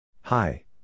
hi